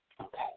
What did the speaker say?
Okay